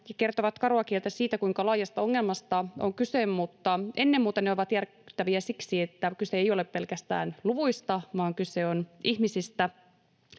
ja kertovat karua kieltä siitä, kuinka laajasta ongelmasta on kyse. Mutta ennen muuta ne ovat järkyttäviä siksi, että kyse ei ole pelkästään luvuista, vaan kyse on ihmisistä.